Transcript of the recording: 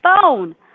phone